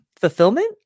fulfillment